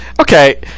Okay